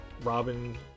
Robin